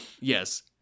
Yes